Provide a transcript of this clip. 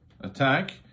attack